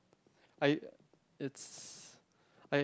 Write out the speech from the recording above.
I it's